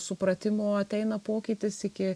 supratimo ateina pokytis iki